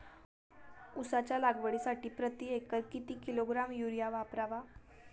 उसाच्या लागवडीसाठी प्रति एकर किती किलोग्रॅम युरिया वापरावा?